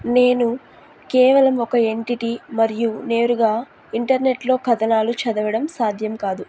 నేను కేవలం ఒక ఎంటిటీ మరియు నేరుగా ఇంటర్నెట్లో కథనాలు చదవడం సాధ్యం కాదు